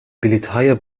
بلیطهای